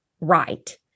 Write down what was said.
right